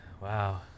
Wow